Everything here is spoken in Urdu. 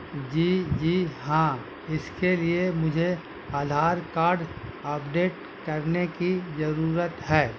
جی جی ہاں اس کے لیے مجھے آدھار کارڈ اپڈیٹ کرنے کی ضرورت ہے